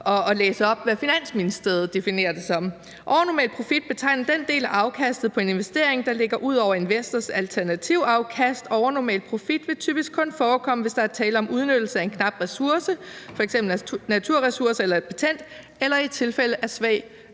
at læse op, hvad Finansministeriet definerer det som: »Overnormal profit betegner den del af afkastet på en investering, der ligger ud over investors alternativafkast. Overnormal profit vil typisk kun fremkomme, hvis der er tale om udnyttelse af en knap ressource, fx naturressourcer eller et patent, eller i tilfælde af svag